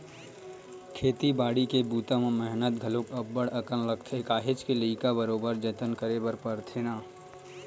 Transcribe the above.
खेती बाड़ी के बूता म मेहनत घलोक अब्ब्ड़ अकन लगथे काहेच के लइका बरोबर जतन करे बर परथे ना